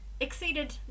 Exceeded